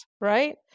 right